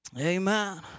Amen